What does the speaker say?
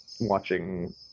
watching